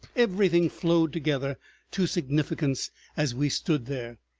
everything flowed together to significance as we stood there,